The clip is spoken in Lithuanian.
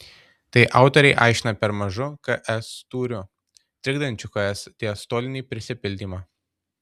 tai autoriai aiškina per mažu ks tūriu trikdančiu ks diastolinį prisipildymą